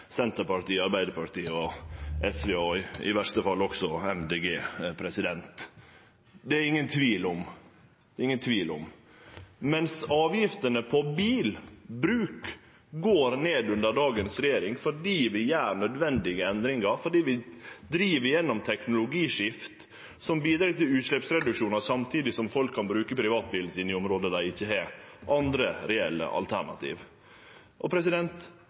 Senterpartiet, Arbeiderpartiet, SV og i verste fall også MDG. Det er det ingen tvil om. Under dagens regjering går avgiftene på bilbruk ned fordi vi gjer nødvendige endringar, fordi vi driv igjennom teknologiskifte, som bidreg til utsleppsreduksjonar, samtidig som folk kan bruke privatbilen sin i område der dei ikkje har andre reelle alternativ.